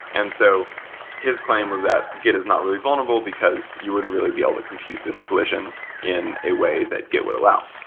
and so his claim was that git is not really vulnerable, because you wouldn't really be able to compute this collision in a way that git would allow.